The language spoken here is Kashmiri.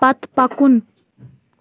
پَتہٕ پکُن